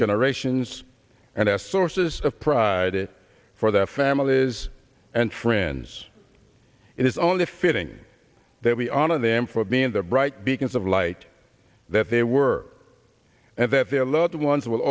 generations and our sources of pride it for their families and friends it is only fitting that we honor them for being the bright beacons of light that they were and that their loved ones will